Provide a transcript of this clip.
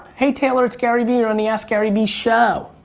hey taylor, it's gary vee. you're on the ask gary vee show.